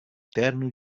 terno